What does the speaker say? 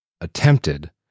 attempted